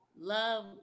love